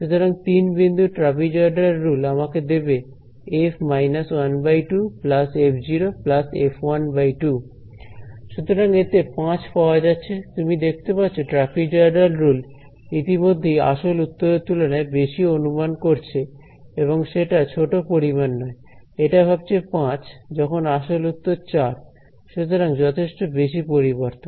সুতরাং তিন বিন্দুর ট্রাপিজয়ডাল রুল আমাকে দেবে f − 12 f f 2 সুতরাং এতে 5 পাওয়া যাচ্ছে তুমি দেখতে পাচ্ছো ট্রাপিজয়ডাল রুল ইতিমধ্যেই আসল উত্তরের তুলনায় বেশি অনুমান করছে এবং সেটা ছোট পরিমাণ নয় এটা ভাবছে 5 যখন আসল উত্তর 4 সুতরাং যথেষ্ট বেশি পরিবর্তন